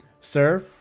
Sir